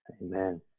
Amen